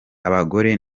abagore